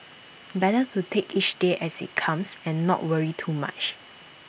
better to take each day as IT comes and not worry too much